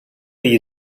you